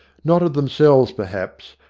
not of themselves, perhaps,